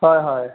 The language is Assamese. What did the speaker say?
হয় হয়